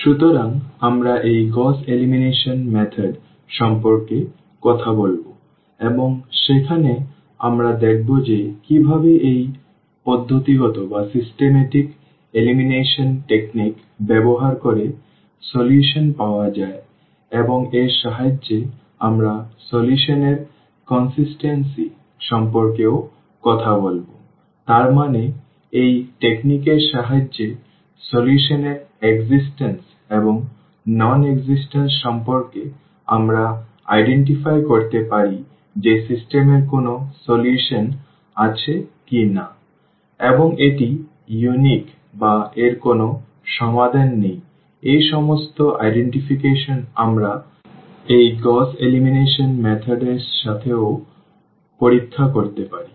সুতরাং আমরা এই গউস এলিমিনেশন পদ্ধতি সম্পর্কে কথা বলব এবং সেখানে আমরা দেখব যে কিভাবে এই পদ্ধতিগত নির্মূল কৌশল ব্যবহার করে সমাধান পাওয়া যায় এবং এর সাহায্যে আমরা সমাধান এর ধারাবাহিকতা সম্পর্কে ও কথা বলব তার মানে এই কৌশল এর সাহায্যে সমাধান এর এক্সিস্টেন্স এবং নন এক্সিস্টেন্স সম্পর্কে আমরা সনাক্ত করতে পারি যে সিস্টেম এর কোনো সমাধান আছে কিনা এবং এটি অনন্য বা এর কোন ও সমাধান নেই এই সমস্ত সনাক্তকরণ আমরা এই গউস এলিমিনেশন পদ্ধতি সাথে ও পরীক্ষা করতে পারি